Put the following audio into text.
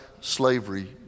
Slavery